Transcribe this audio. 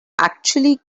actually